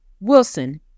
Wilson